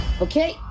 Okay